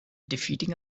defeating